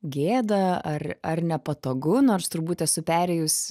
gėda ar ar nepatogu nors turbūt esu perėjus